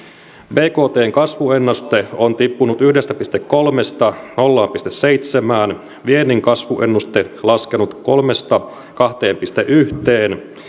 bktn kasvuennuste on tippunut yhdestä pilkku kolmesta nolla pilkku seitsemään viennin kasvuennuste laskenut kolmesta kahteen pilkku yhteen